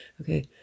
okay